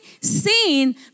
seen